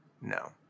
No